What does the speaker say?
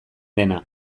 dena